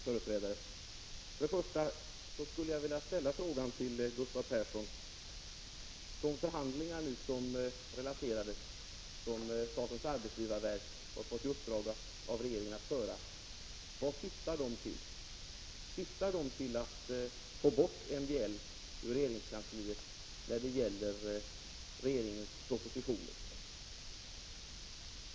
Först och främst skulle jag vilja fråga Gustav Persson: Till vad syftar de relaterade förhandlingar som statens arbetsgivarverk har fått i uppdrag av regeringen att föra? Syftar de till att få bort MBL ur regeringskansliet när det gäller regeringens propositioner?